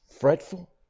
fretful